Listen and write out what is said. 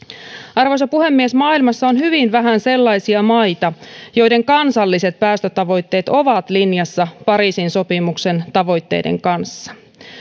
arvoisa puhemies maailmassa on hyvin vähän sellaisia maita joiden kansalliset päästötavoitteet ovat linjassa pariisin sopimuksen tavoitteiden kanssa